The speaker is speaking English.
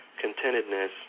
contentedness